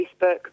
Facebook